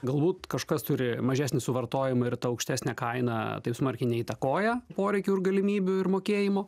galbūt kažkas turi mažesnį suvartojimą ir ta aukštesnė kaina taip smarkiai neįtakoja poreikių ir galimybių ir mokėjimo